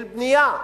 של בנייה,